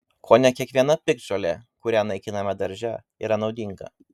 kone kiekviena piktžolė kurią naikiname darže yra naudinga